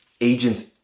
agents